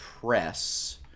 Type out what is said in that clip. press